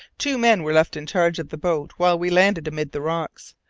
two men were left in charge of the boat while we landed amid the rocks,